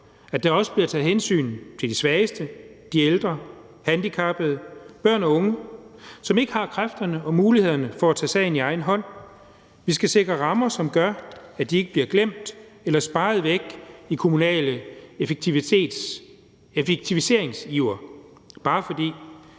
at der også bliver taget hensyn til de svageste, de ældre, handicappede, børn og unge, som ikke har kræfterne og mulighederne for at tage sagen i egen hånd. Vi skal sikre rammer, som gør, at de ikke bliver glemt eller sparet væk i kommunal effektiviseringsiver, bare fordi